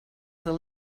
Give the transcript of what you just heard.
del